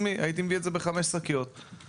להכריח את הרשתות